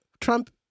Trump